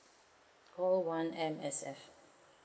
call one M_S_F